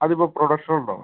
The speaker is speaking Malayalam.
അത് ഇപ്പം പ്രൊഡക്ഷൻ ഉണ്ടോ